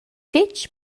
fetg